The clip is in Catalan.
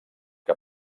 que